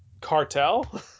cartel